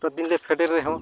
ᱜᱚᱴᱟ ᱫᱤᱱᱞᱮ ᱯᱷᱮᱰᱮᱱ ᱨᱮᱦᱚᱸ